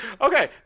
Okay